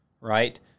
right